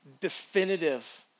Definitive